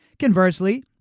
Conversely